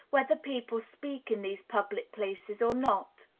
whether people speak in these public places or not.